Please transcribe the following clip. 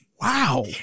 Wow